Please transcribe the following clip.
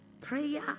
prayer